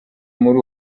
muri